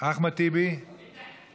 חבר הכנסת אחמד טיבי, עולה.